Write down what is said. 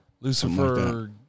Lucifer